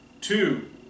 Two